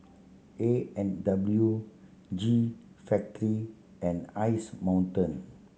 A and W G Factory and Ice Mountain